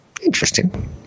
Interesting